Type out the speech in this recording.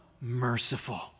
merciful